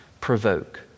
provoke